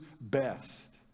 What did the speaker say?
best